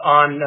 on